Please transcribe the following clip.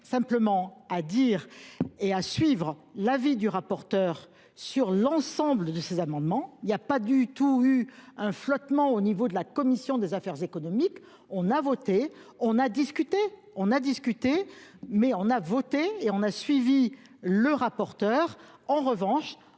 simplement à dire et à suivre l'avis du rapporteur sur l'ensemble de ces amendements. Il n'y a pas du tout eu un flottement au niveau de la commission des affaires économiques. On a voté, on a discuté, on a discuté, mais on a voté et on a suivi le rapporteur. En revanche,